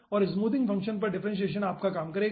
और smoothing function पर differentiation आपका काम करेगा